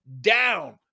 down